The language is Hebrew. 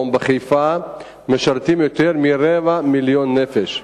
בחיפה משרתים יותר מרבע מיליון נפש.